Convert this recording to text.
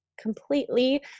completely